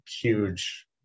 huge